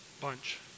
Bunch